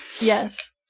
Yes